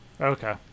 Okay